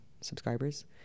subscribers